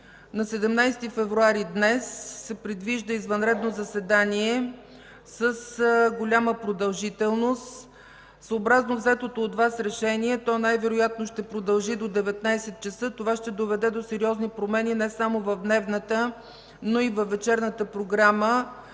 На 17 февруари, днес, се предвижда извънредно заседание с голяма продължителност. Съобразно взетото от Вас решение то най вероятно ще продължи до 19,00 ч., а това ще доведе до сериозни промени не само в дневната, но и във вечерната програма